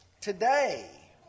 today